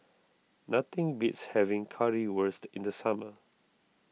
nothing beats having Currywurst in the summer